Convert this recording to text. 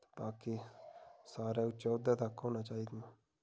ते बाकी सारे उच्चें औह्दें तक होनी चाहिदियां